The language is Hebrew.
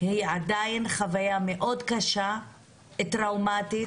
היא חוויה מאוד קשה וטראומטית.